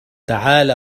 تعال